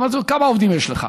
אמרתי לו: כמה עובדים יש לך?